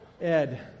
Ed